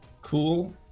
Cool